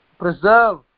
preserve